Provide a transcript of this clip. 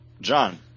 John